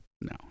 No